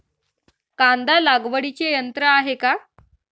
कांदा लागवडीचे यंत्र आहे का?